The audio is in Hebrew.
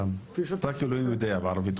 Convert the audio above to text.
בערבית אומרים, רק אלוהים יודע.